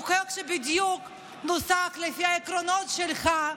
הוא חוק שבדיוק נוסח לפי העקרונות שלך.